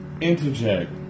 interject